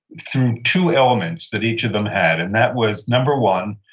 through two elements that each of them had. and that was, number one,